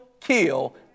kill